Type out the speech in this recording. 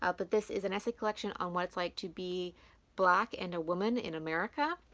ah but this is an essay collection on what it's like to be black and a woman in america.